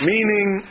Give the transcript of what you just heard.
Meaning